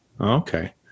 Okay